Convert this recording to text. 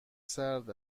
سرد